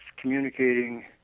communicating